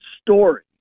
story